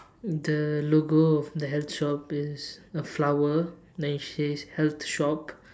the logo of the health shop is a flower then it says health shop